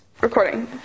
Recording